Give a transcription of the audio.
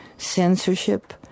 censorship